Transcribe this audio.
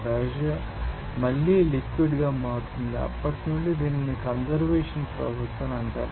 pressure మళ్లీ liquid గా మారుతుంది అప్పటి నుండి దీనిని కన్వర్జేషన్ ప్రాసెస్ అంటారు